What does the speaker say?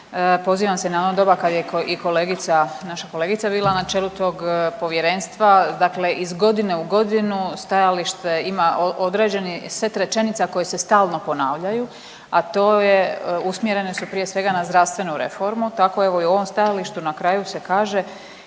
pozivam se na ono doba kad je i kolegica, naša kolegica bila na čelu tog Povjerenstva, dakle iz godine u godinu stajalište ima određeni set rečenica koji se stalno ponavljaju, a to je usmjerene su prije svega na zdravstvenu reformu, tako evo, i u ovom stajalištu, na kraju se kaže,